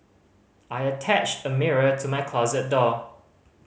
I attached a mirror to my closet door